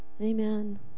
Amen